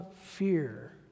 fear